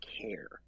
care